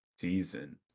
season